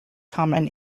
common